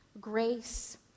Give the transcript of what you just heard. grace